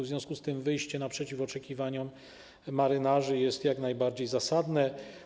W związku z tym wyjście naprzeciw oczekiwaniom marynarzy jest jak najbardziej zasadne.